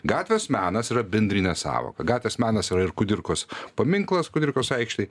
gatvės menas yra bendrinė sąvoka gatvės menas yra ir kudirkos paminklas kudirkos aikštėj